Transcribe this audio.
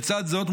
לצד זאת,